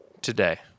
Today